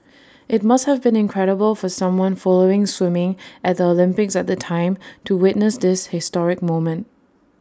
IT must have been incredible for someone following swimming at the Olympics at the time to witness this historic moment